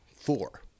four